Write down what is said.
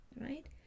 right